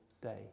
day